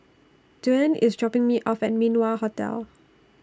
Duane IS dropping Me off At Min Wah Hotel